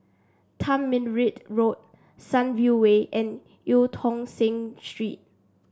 Tamarind Road Sunview Way and Eu Tong Sen Street